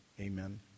Amen